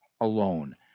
alone